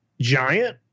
giant